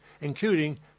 including